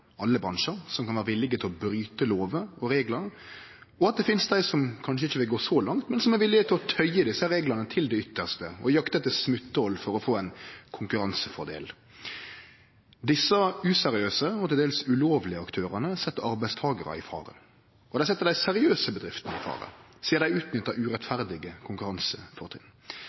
alle bransjar som kan vere villige til å bryte lover og reglar, og at det finst dei som kanskje ikkje vil gå så langt, men som er villige til å tøye desse reglane til det ytste og jakte etter smotthol for å få ein konkurransefordel. Desse useriøse og til dels ulovlege aktørane set arbeidstakarar i fare, og dei set dei seriøse bedriftene i fare sidan dei utnyttar urettferdige